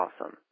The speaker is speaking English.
awesome